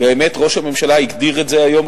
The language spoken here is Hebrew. ראש הממשלה הגדיר את זה היום,